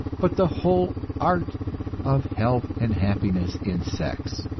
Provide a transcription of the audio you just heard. but the whole art of health and happiness in sex.